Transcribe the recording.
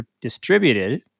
distributed